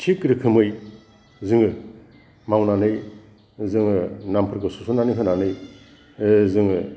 थिग रोखोमै जोङो मावनानै जोङो नामफोरखौ सोस'न्नानै होनानै जोङो